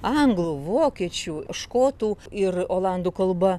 anglų vokiečių škotų ir olandų kalba